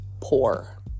Poor